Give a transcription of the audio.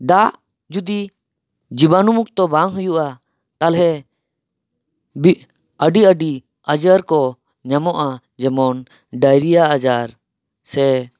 ᱫᱟᱜ ᱡᱩᱫᱤ ᱡᱤᱵᱟᱱᱩ ᱢᱩᱠᱛᱚ ᱵᱟᱝ ᱦᱩᱭᱩᱜᱼᱟ ᱛᱟᱦᱚᱞᱮ ᱟᱹᱰᱤ ᱟᱹᱰᱤ ᱟᱡᱟᱨ ᱠᱚ ᱧᱟᱢᱚᱜᱼᱟ ᱡᱮᱢᱚᱱ ᱰᱟᱭᱨᱤᱭᱟ ᱟᱡᱟᱨ ᱥᱮ